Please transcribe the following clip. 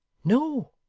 no!